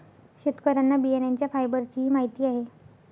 शेतकऱ्यांना बियाण्यांच्या फायबरचीही माहिती आहे